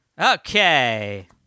Okay